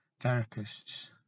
therapists